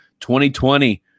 2020